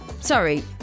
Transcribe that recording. sorry